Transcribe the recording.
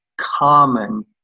common